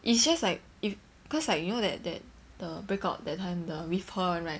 it's just like if cause like you know that that the break out that time with her one right